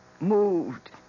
moved